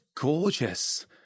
gorgeous